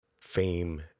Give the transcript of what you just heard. fame